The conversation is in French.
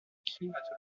climatologie